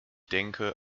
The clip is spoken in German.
denke